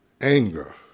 anger